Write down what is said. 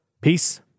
Peace